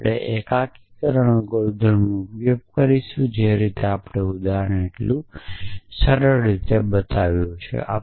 અને આપણે એકીકરણ અલ્ગોરિધમનો ઉપયોગ કરીશું જે રીતે આપણું ઉદાહરણ એટલું સરળ છે